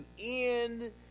end